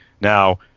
Now